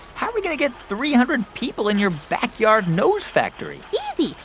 how are we going to get three hundred people in your backyard nose factory? easy.